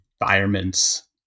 environments